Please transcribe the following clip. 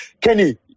Kenny